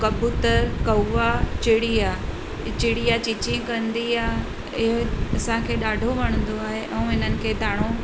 कबूतर कौआ चिड़िया चिड़िया चीं चीं कंदी आहे इहो असांखे ॾाढो वणंदो आहे ऐं हिननि खे दाणो